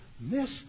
miss